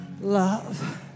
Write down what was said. love